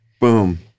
boom